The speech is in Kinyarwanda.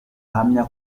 ahamya